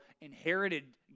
inherited